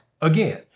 again